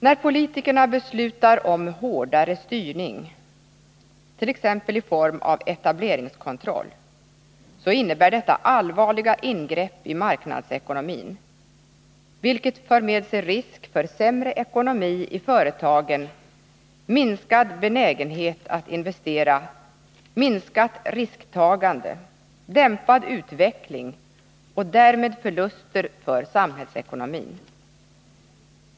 När politikerna beslutar om ”hårdare styrning”, t.ex. i form av etableringskontroll, innebär detta allvarliga ingrepp i marknadsekonomin, vilket för med sig risk för sämre ekonomi i företagen, minskad benägenhet att investera, minskat risktagande, dämpad utveckling och därmed förluster för samhällsekonomin.